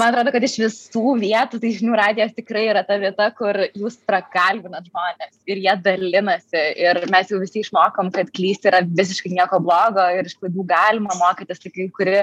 man atrodo kad iš visų vietų tai žinių radijas tikrai yra ta vieta kur jūs prakalbinat žmones ir jie dalinasi ir mes jau visi išmokom kad klysti yra visiškai nieko blogo ir iš klaidų galima mokytis tai kai kuri